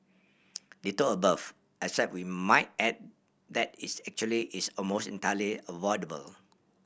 ditto above except we might add that is actually is almost entirely avoidable